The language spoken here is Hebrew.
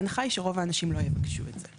ההנחה היא שרוב האנשים לא יבקשו את זה,